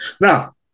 Now